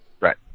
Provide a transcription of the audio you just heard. Right